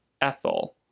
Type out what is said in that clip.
Ethel